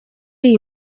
iyi